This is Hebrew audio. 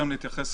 אתייחס